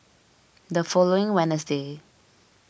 the following Wednesday